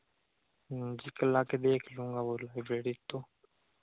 जी कल आकर देख लूँगा वह लाइब्रेरी तो